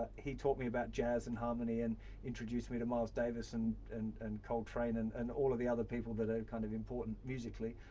he taught me about jazz and harmony and introduced me to miles davis and and cold train and and all of the other people that are kind of important musically.